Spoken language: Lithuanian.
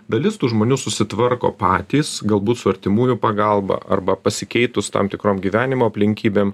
dalis tų žmonių susitvarko patys galbūt su artimųjų pagalba arba pasikeitus tam tikrom gyvenimo aplinkybėm